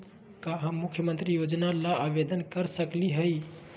का हम मुख्यमंत्री योजना ला आवेदन कर सकली हई?